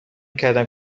کردم